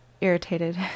irritated